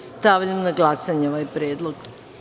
Stavljam na glasanje ovaj predlog.